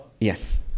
Yes